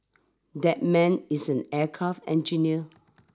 that man is an aircraft engineer